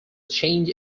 change